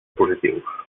positius